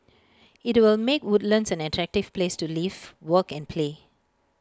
IT will make Woodlands an attractive place to live work and play